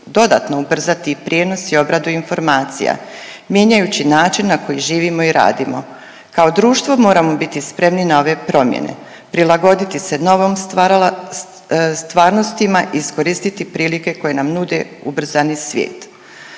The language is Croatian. dodatno ubrzat i prijenos i obradu informacija, mijenjajući način na koji živimo i radimo. Kao društvo moramo biti spremni na ove promjene, prilagoditi se novim stvarnostima i iskoristiti prilike koje nam nude ubrzani svijet.